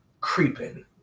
creeping